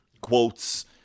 quotes